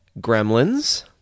Gremlins